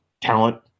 talent